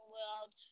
World